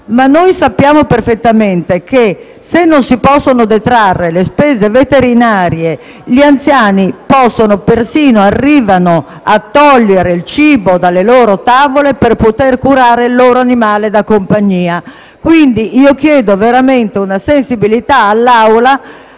Sappiamo perfettamente che, se non si possono detrarre le spese veterinarie, gli anziani arrivano persino a togliere il cibo dalle loro tavole per poter curare il loro animale da compagnia. Quindi, chiedo veramente una sensibilità all'Assemblea